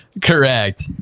correct